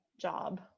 job